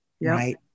right